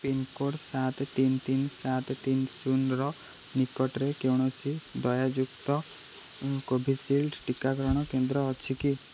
pincode ସାତ ତିନ ତିନ ସାତ ତିନ ଶୂନର ନିକଟରେ କୌଣସି ଦେୟଯୁକ୍ତ କୋଭିଶିଲ୍ଡ୍ ଟିକାକରଣ କେନ୍ଦ୍ର ଅଛି କି